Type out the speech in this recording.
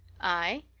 aye?